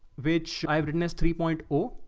which, i redness three point ah